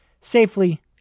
safely